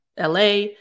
LA